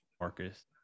Marcus